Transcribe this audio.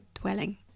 dwelling